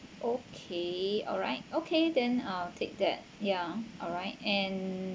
okay alright okay then I'll take that ya alright and